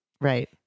Right